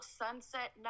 sunset